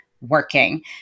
working